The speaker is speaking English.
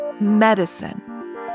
Medicine